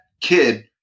kid